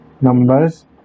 numbers